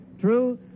True